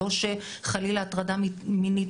לא שחלילה הטרדה מינית,